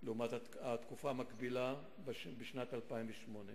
בתקופה המקבילה בשנת 2008,